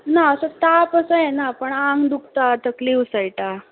ना आतां ताप असो येना पूण आंग दुखता तकली उसळटा